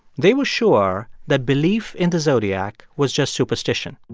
they were sure that belief in the zodiac was just superstition.